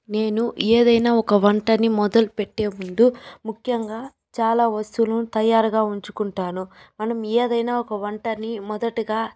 నేను ఏదైనా ఒక వంటను మొదలుపెట్టేముందు ముఖ్యంగా చాలా వస్తువులను తయారుగా ఉంచుకుంటాను మనం ఏదైనా ఒక వంటని మొదటిగా